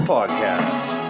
Podcast